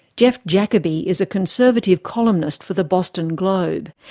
jeff jacoby is a conservative columnist for the boston globe.